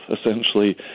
essentially